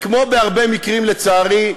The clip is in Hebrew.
כמו בהרבה מקרים, לצערי,